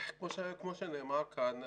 כמו שנאמר כאן,